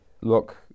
look